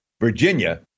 Virginia